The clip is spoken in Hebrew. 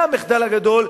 זה המחדל הגדול.